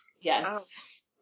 Yes